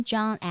John